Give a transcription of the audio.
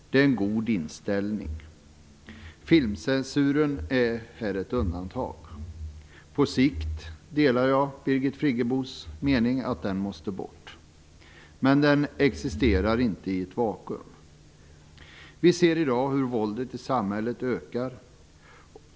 Det är en god inställning. Filmcensuren är ett undantag. Jag delar Birgit Friggebos mening att den på sikt måste bort, men den existerar inte i ett vakuum. Vi ser i dag hur våldet i samhället ökar.